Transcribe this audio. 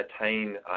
attain